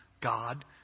God